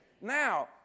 Now